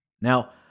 Now